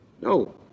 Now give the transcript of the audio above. No